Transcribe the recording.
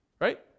right